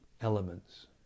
elements